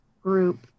group